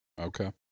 okay